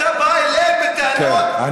אתה בא אליהם בטענות כשאצלך ברחובות מכים חיילים?